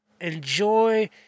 enjoy